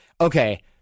Okay